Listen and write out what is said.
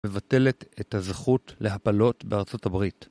מבטלת את הזכות להפלות בארצות הברית.